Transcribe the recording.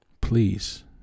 Please